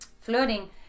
flirting